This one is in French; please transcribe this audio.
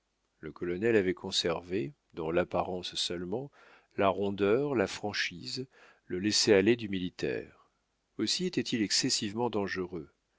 le colonel avait conservé dans l'apparence seulement la rondeur la franchise le laissez-aller du militaire aussi était-il excessivement dangereux